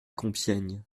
compiègne